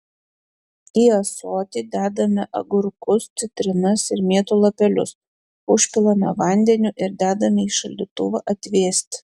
į ąsoti dedame agurkus citrinas ir mėtų lapelius užpilame vandeniu ir dedame į šaldytuvą atvėsti